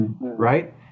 Right